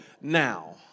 now